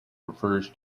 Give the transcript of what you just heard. refers